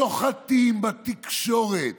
שוחטים בתקשורת.